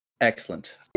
Excellent